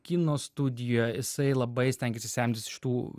kino studijoje jisai labai stengiasi semtis iš tų